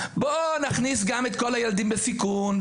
בוא נכניס גם את כל הילדים בסיכון,